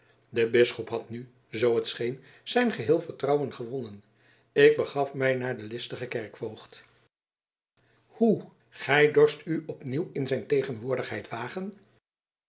de bisschop had nu zoo t scheen zijn geheel vertrouwen gewonnen ik begaf mij naar den listigen kerkvoogd hoe gij dorst u opnieuw in zijn tegenwoordigheid wagen